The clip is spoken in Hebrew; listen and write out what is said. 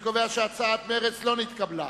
אני קובע שהצעת מרצ לא נתקבלה.